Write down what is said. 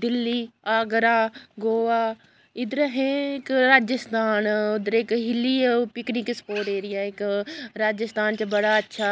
दिल्ली आगरा गोवा इद्धर अस इक राजस्थान उद्धर इक हिल्ली पिकनिक स्पाट एरिया इक राजस्थान च बड़ा अच्छा